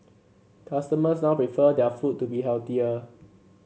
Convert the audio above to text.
customers now prefer their food to be healthier